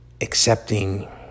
Accepting